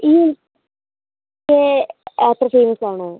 ഈ അത്ര ഫേമസാണോ